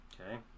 Okay